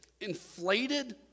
inflated